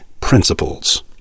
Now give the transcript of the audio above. principles